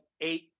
eight